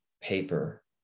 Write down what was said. paper